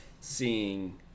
seeing